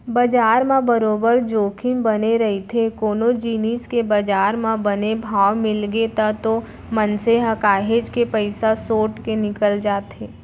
बजार म बरोबर जोखिम बने रहिथे कोनो जिनिस के बजार म बने भाव मिलगे तब तो मनसे ह काहेच के पइसा सोट के निकल जाथे